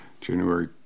January